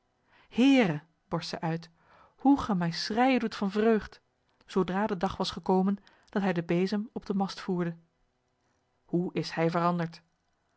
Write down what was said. borst zij uit hoe ge mij schreijen doet van vreugd zoodra de dag was gekomen dat hij den bezem op den mast voerde hoe is hij veranderd